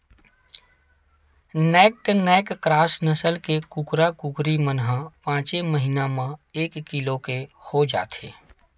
naked neck cross नसल के कुकरा, कुकरी मन ह पाँचे महिना म एक किलो के हो जाथे